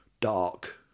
dark